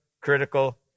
critical